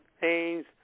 Haynes